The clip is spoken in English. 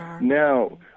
now